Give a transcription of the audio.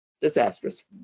disastrous